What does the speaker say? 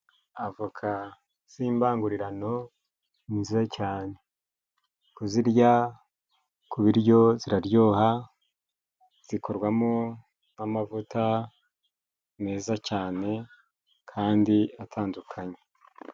Avoka z'imbangurirano ni nziza cyane. Kuzirya ku biryo ziraryoha zikorwamo n'amavuta meza cyane kandi atandukanye.